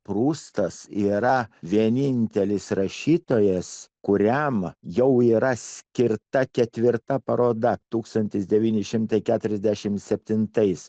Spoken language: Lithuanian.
prustas yra vienintelis rašytojas kuriam jau yra skirta ketvirta paroda tūkstantis devyni šimtai keturiasdešimt septintais